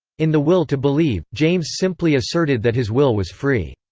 in the will to believe, james simply asserted that his will was free.